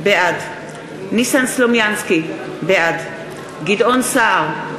בעד ניסן סלומינסקי, בעד גדעון סער,